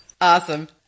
Awesome